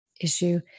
issue